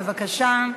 בבקשה.